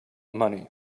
money